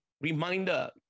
reminder